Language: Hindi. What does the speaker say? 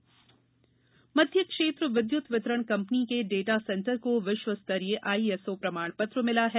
बिजली आईएसओ मध्य क्षेत्र विद्युत वितरण कंपनी के डेटा सेंटर को विश्वस्तरीय आईएसओ प्रमाण पत्र मिला है